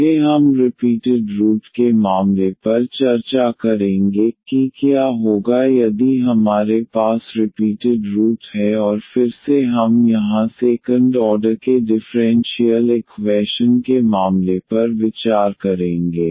आगे हम repeated root के मामले पर चर्चा करेंगे कि क्या होगा यदि हमारे पास रिपीटेड जड़ है और फिर से हम यहां सेकंड ऑर्डर के डिफ़्रेंशियल इक्वैशन के मामले पर विचार करेंगे